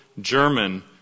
German